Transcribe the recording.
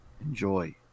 Enjoy